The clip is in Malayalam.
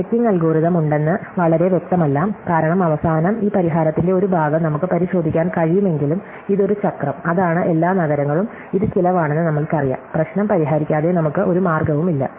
ചെക്കിംഗ് അൽഗോരിതം ഉണ്ടെന്ന് വളരെ വ്യക്തമല്ല കാരണം അവസാനം ഈ പരിഹാരത്തിന്റെ ഒരു ഭാഗം നമുക്ക് പരിശോധിക്കാൻ കഴിയുമെങ്കിലും ഇത് ഒരു ചക്രം അതാണ് എല്ലാ നഗരങ്ങളും ഇത് ചിലവാണെന്ന് നമ്മൾക്കറിയാം പ്രശ്നം പരിഹരിക്കാതെ നമുക്ക് ഒരു മാർഗവുമില്ല